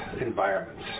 environments